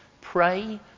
Pray